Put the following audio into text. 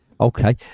Okay